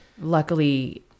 Luckily